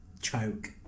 choke